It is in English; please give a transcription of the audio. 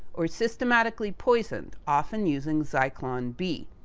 or systematically poisoned, often using zyklon b.